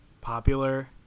popular